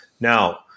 Now